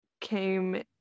came